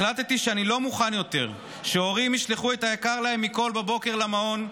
החלטתי שאני לא מוכן יותר שהורים ישלחו את היקר להם מכול למעון בבוקר,